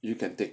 you can take